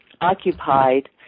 occupied